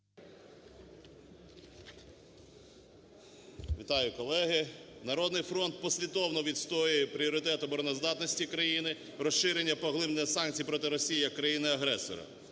Вітаю, колеги! "Народний фронт" послідовно відстоює пріоритет обороноздатності країни, розширення, поглиблення санкцій проти Росії як країни-агресора.